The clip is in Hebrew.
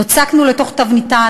נוצקנו לתוך תבניתה,